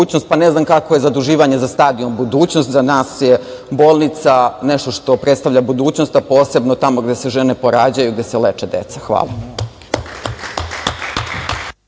Pa ne znam kako je zaduživanje za stadion budućnost. Za nas je bolnica nešto što predstavlja budućnost, a posebno tamo gde se žene porađaju i gde se leče deca. Hvala.